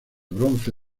bronce